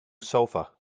sofa